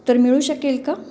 तर मिळू शकेल का